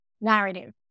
narrative